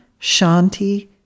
Shanti